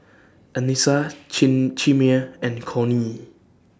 Anissa Chimere and Cornie